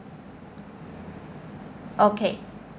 okay